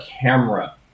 camera